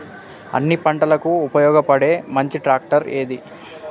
అన్ని పంటలకు ఉపయోగపడే మంచి ట్రాక్టర్ ఏది?